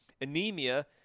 anemia